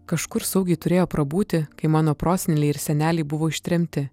kažkur saugiai turėjo prabūti kai mano proseneliai ir seneliai buvo ištremti